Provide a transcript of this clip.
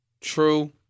True